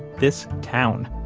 this town.